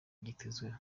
byitezweho